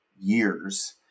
years